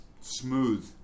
Smooth